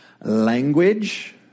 language